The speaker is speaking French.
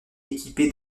équipé